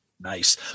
Nice